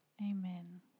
amen